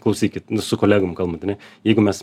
klausykit su kolegom kalbant a ne jeigu mes